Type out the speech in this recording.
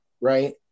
Right